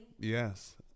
Yes